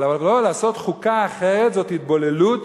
אבל לעשות חוקה אחרת זאת התבוללות